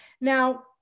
Now